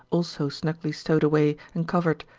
also snugly stowed away and covered,